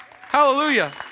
Hallelujah